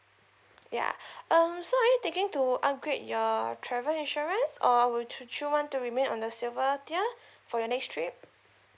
ya um so are you thinking to upgrade your travel insurance or would would you want to remain on the silver tier for your next trip